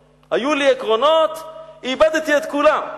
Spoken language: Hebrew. עקרונות, היו לי עקרונות, איבדתי את כולם,